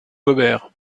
gobert